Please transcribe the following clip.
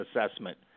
assessment